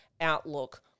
outlook